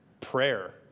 Prayer